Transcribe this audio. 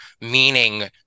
meaning